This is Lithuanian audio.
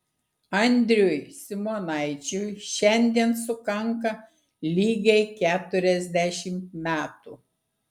andriui simonaičiui šiandien sukanka lygiai keturiasdešimt metų